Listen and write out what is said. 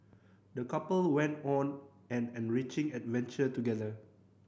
the couple went on an enriching adventure together